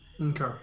Okay